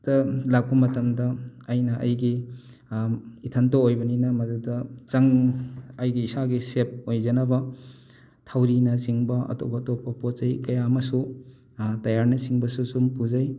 ꯇ ꯂꯥꯛꯄ ꯃꯇꯝꯗ ꯑꯩꯅ ꯑꯩꯒꯤ ꯏꯊꯟꯇ ꯑꯣꯏꯕꯅꯤꯅ ꯃꯗꯨꯗ ꯆꯪ ꯑꯩꯒꯤ ꯏꯁꯥꯒꯤ ꯁꯦꯞ ꯑꯣꯏꯖꯅꯕ ꯊꯧꯔꯤꯅꯆꯤꯡꯕ ꯑꯇꯣꯞ ꯑꯇꯣꯞꯄ ꯄꯣꯠꯆꯩ ꯀꯌꯥ ꯑꯃꯁꯨ ꯇꯌꯥꯔꯅꯆꯤꯡꯕꯁꯨ ꯁꯨꯝ ꯄꯨꯖꯩ